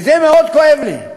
וזה מאוד כואב לי,